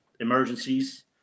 emergencies